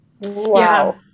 Wow